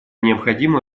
необходимо